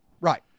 Right